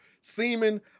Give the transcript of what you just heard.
semen